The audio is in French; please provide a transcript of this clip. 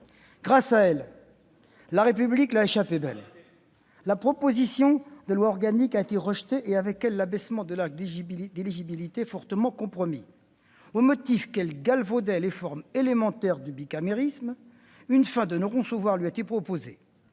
Grâce à elle, la République l'a échappé belle : la proposition de loi organique a été rejetée et, avec elle, l'abaissement de l'âge d'éligibilité fortement compromis. Au motif qu'elle galvaudait les formes élémentaires du bicaméralisme, une fin de non-recevoir lui a été opposée,